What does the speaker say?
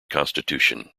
constitution